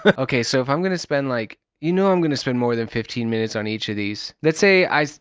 but okay, so if i'm gonna spend like. you know, i'm gonna spend more than fifteen minutes on each of these. let's say i.